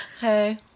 Hey